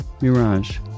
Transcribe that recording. Mirage